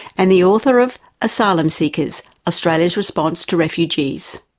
and the author of asylum seekers australia's response to refugees.